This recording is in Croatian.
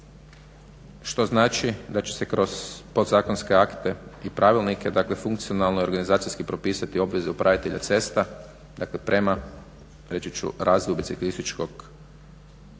Što znači da će se kroz podzakonske akte i pravilnike, dakle funkcionalno organizacijski propisati obveze upravitelja cesta dakle prema reći ću razvoju